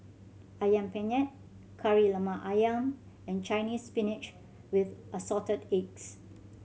Ayam Penyet Kari Lemak Ayam and Chinese Spinach with Assorted Eggs